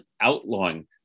outlawing